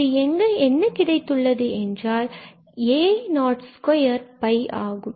இங்கு என்ன கிடைத்துள்ளது என்றால் a02ஆகும்